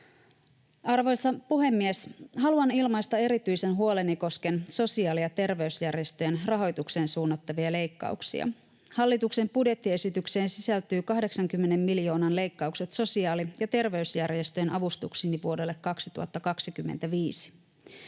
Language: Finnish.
Arvoisa puhemies! Haluan ilmaista erityisen huoleni koskien sosiaali- ja terveysjärjestöjen rahoitukseen suunnattavia leikkauksia. Hallituksen budjettiesitykseen sisältyy 80 miljoonan leikkaukset sosiaali- ja terveysjärjestöjen avustuksiin vuodelle 2025.